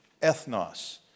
ethnos